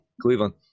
Cleveland